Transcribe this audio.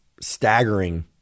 staggering